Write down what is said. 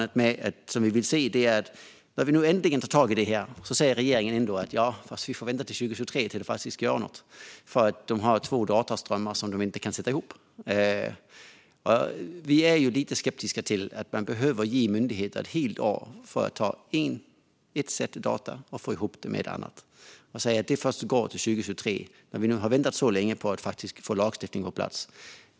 Det här är ett positivt steg, men när vi nu äntligen tar tag i det säger regeringen ändå att vi får vänta till 2023 med att faktiskt göra något, för det är två dataströmmar som inte kan sättas ihop. Vi är lite skeptiska till att man behöver ge myndigheter ett helt år för att ta ett set data och få ihop det med ett annat. Man säger att det går först 2023, fast vi har väntat så länge på att faktiskt få en lagstiftning på plats.